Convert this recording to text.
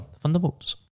Thunderbolts